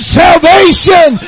salvation